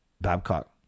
Babcock